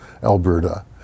Alberta